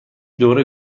دوره